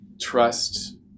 trust